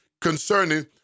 concerning